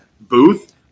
booth